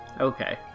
Okay